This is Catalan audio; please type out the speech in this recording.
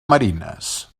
marines